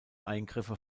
eingriffe